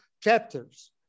chapters